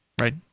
right